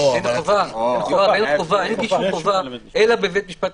אין גישור חובה אלא בבית המשפט.